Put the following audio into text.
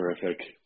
terrific